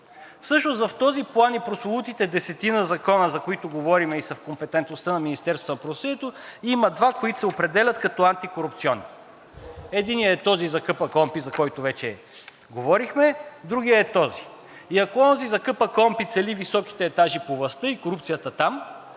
Всъщност в този план и прословутите десетина закона, за които говорим и са в компетентността на Министерството на правосъдието, има два, които се определят като антикорупционни. Единият е този за КПКОНПИ, за който вече говорихме, другият е този. И ако онзи за КПКОНПИ цели високите етажи на властта и корупцията там,